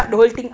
ya